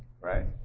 right